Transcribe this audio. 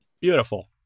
Beautiful